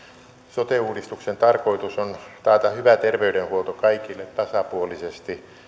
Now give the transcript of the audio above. sote uudistuksen tarkoitus on taata hyvä terveydenhuolto kaikille tasapuolisesti